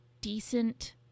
decent